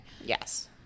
Yes